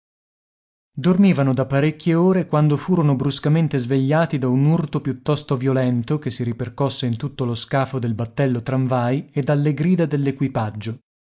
dormivano da parecchie ore quando furono bruscamente svegliati da un urto piuttosto violento che si ripercosse in tutto lo scafo del battello tramvai e dalle grida